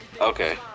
Okay